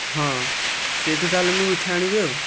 ହଁ ସେଇଠୁ ତା'ହେଲେ ମୁଁ ମିଠା ଆଣିବି ଆଉ